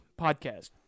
podcast